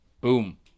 boom